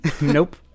Nope